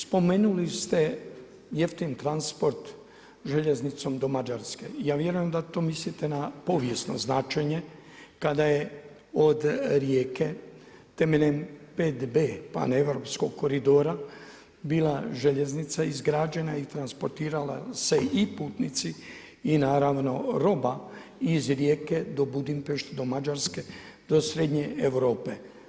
Spomenuli ste jeftin transport željeznicom do Mađarske, ja vjerujem da to mislite na povijesno značenje kada je od Rijeke temeljem 5B paneuropskog koridora bila željeznica izgrađena i transportirali se i putnici i naravno roba iz Rijeke do Budimpešte do Mađarske do Srednje Europe.